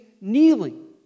kneeling